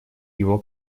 его